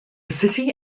city